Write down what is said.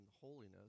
holiness